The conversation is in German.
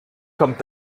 kommt